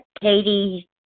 Katie